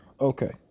Okay